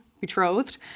betrothed